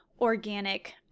organic